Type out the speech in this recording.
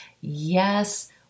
Yes